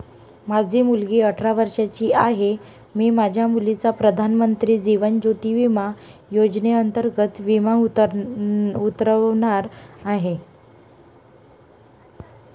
माझी मुलगी अठरा वर्षांची आहे, मी माझ्या मुलीचा प्रधानमंत्री जीवन ज्योती विमा योजनेअंतर्गत विमा उतरवणार आहे